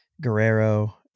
Guerrero